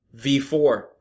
V4